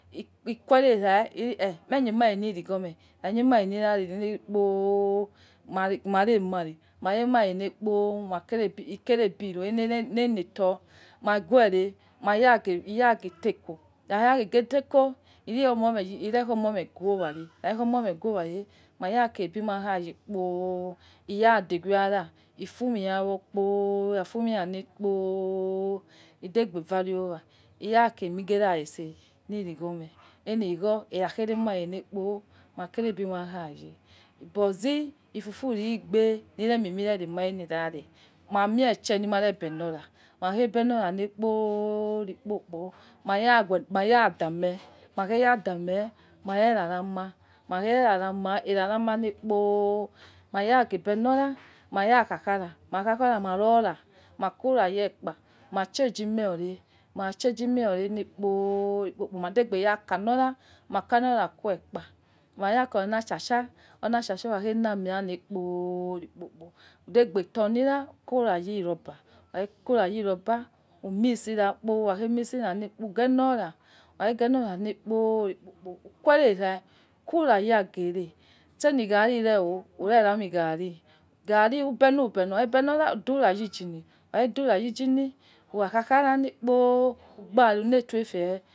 Equerai yo me khuemari li loigwo. Kha khuemoao lira rele kpo mari mare lekpo ikere abi ro adeke yo le kheto, maghene iyaghe du eko ikha yaghe du eko, lrekho omo ghu oware, ikhare kha omo meghi oware raaya kere an makhe ye kpo mare degwe ara fue hue wo kpo ikhafue owa kpo lolebe vare owa irakese aimie ghe ara itse liagwo mue, aile lagwo ikhaghe re aimere lekpo matese abi maha ye. Bo ozi ifufu ligbe lire mie mi reli are mauneshe lima re belo ra makha belira likpo likpo kpo maghe ya da ame, maghe ra da ame mare ra ramo maha ghe rena rama likpo aikha rama lekpo maha yaghe belo na mayo khakhara, taokha kha ra taa no ira makura yo ekpama change hue ore maha change ime one lekpo likpo kpo madeghe ya kalo ra ma kaina kuekpa ma kalira kua ashasha ola ashasha khaghe la ame ah lekpo likpo kpo udegbe tuan ya ukhua wi rubber ukhughe khuawi rubber. Umin ra ukhaghe mix ra le ugelo ra, ukhaghe gelora lekpo likpo kpo ukhua ri ukhuna ya agaci seh gari re ukura re rami garri re ukura re rami garri emubeli na ukhabe lina udura yi engine, ukhaghe dura yi engine ukha kha na lekpo, uhai ukheto efie